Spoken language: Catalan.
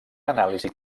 anàlisi